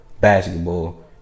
basketball